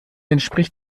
entspricht